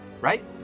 Right